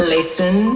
Listen